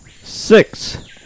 Six